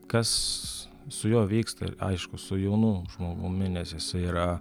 kas su juo vyksta ir aišku su jaunu žmogumi nes jisai yra